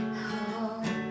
home